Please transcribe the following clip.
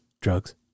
drugs